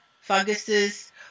funguses